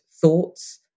thoughts